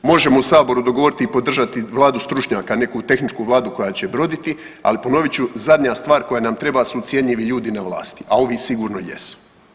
Možemo u Saboru dogovoriti i podržati Vladu stručnjaka, neku tehničku vladu koja će broditi, ali ponovit ću, zadnja stvar koja nam treba su ucjenjivi ljudi na vlasti, a ovi sigurno jesu.